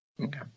Okay